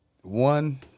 one